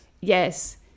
Yes